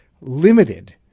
limited